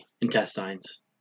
intestines